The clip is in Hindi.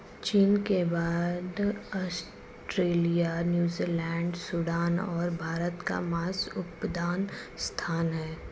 चीन के बाद ऑस्ट्रेलिया, न्यूजीलैंड, सूडान और भारत का मांस उत्पादन स्थान है